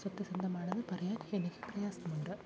സത്യസന്ധമാണെന്ന് പറയാൻ എനിക്ക് പ്രയാസമുണ്ട്